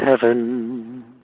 heaven